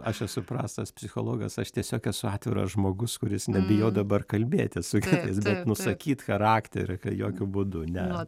aš esu prastas psichologas aš tiesiog esu atviras žmogus kuris nebijo dabar kalbėtis su kitais bet nusakyt charakterį kai jokiu būdu ne